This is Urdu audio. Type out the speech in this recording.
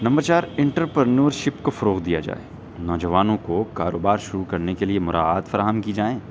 نمبر چار انٹرپرنیورشپ کو فروغ دیا جائے نوجوانوں کو کاروبار شروع کرنے کے لیے مراعات فراہم کی جائیں